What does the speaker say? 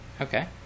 okay